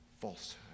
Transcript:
falsehood